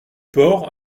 port